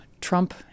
Trump